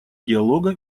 диалога